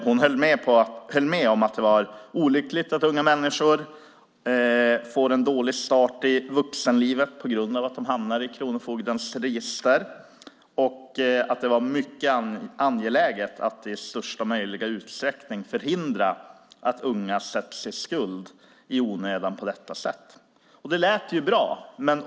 Hon höll med om att det var olyckligt att unga människor får en dålig start på vuxenlivet på grund av att de hamnar i kronofogdens register och att det är mycket angeläget att i största möjliga utsträckning förhindra att unga sätts i skuld i onödan på detta sätt. Det lät bra.